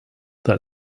that